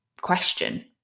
question